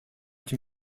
can